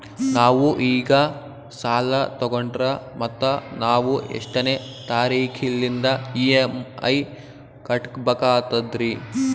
ನಾವು ಈಗ ಸಾಲ ತೊಗೊಂಡ್ರ ಮತ್ತ ನಾವು ಎಷ್ಟನೆ ತಾರೀಖಿಲಿಂದ ಇ.ಎಂ.ಐ ಕಟ್ಬಕಾಗ್ತದ್ರೀ?